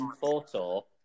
Photo